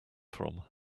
from